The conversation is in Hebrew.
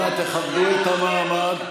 אנא, תכבדו את המעמד.